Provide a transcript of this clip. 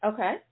Okay